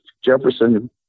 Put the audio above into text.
Jefferson